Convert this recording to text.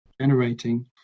generating